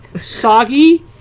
Soggy